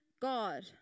God